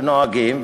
ששם נוהגים,